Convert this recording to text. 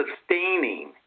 sustaining